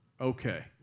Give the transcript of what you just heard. okay